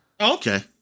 Okay